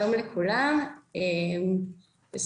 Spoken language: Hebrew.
שלום לכולם, אני מהלשכה המשפטית במשרד.